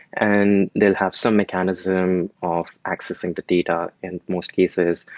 and they'll have some mechanism of accessing the data. in most cases,